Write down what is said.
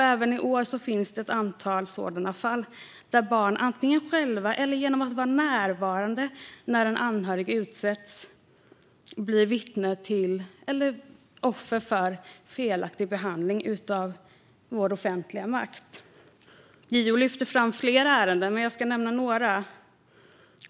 Även i år finns det tyvärr ett antal sådana fall där barn antingen själva eller genom att vara närvarande när en anhörig utsätts blivit vittne till eller offer för felaktig behandling av vår offentliga makt. JO lyfter fram flera ärenden, och jag ska nämna några.